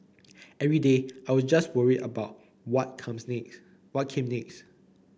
every day I was just worried about what comes next what came next